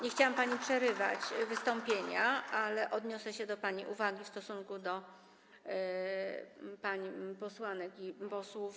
Nie chciałam pani przerywać wystąpienia, ale odniosę się do pani uwagi w stosunku do pań posłanek i panów posłów.